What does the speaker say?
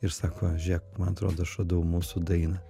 ir sako žiūrėk man atrodo aš radau mūsų dainą